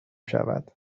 شود